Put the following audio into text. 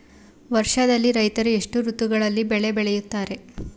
ವರ್ಷದಲ್ಲಿ ರೈತರು ಎಷ್ಟು ಋತುಗಳಲ್ಲಿ ಬೆಳೆ ಬೆಳೆಯುತ್ತಾರೆ?